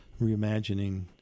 reimagining